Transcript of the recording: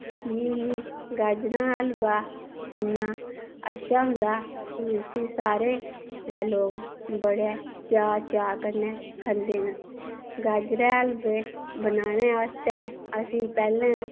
की कि गाजरां हलवा इन्ना अच्छा होंदा कि उस्सी सारे गै लोग बड़ै चाऽ चाऽ कन्नै खंदे न गाजरैं हलवे बनाने आस्तै असें पैह्लैं